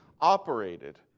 operated